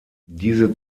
diese